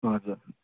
हजुर